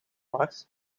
mars